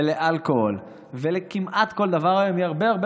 ושל אלכוהול וכמעט כל דבר היום היא הרבה הרבה